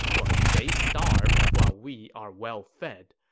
but they starve while we are well-fed.